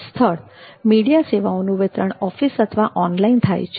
સ્થળ મીડિયા સેવાઓનુ વિતરણ ઓફિસ અથવા ઓનલાઈન થાય છે